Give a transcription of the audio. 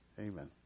Amen